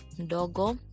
doggo